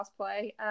cosplay